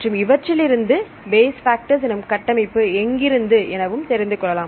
மற்றும் இவற்றிலிருந்து base factors எனும் கட்டமைப்பு எங்கிருக்கிறது எனவும் தெரிந்து கொள்ளலாம்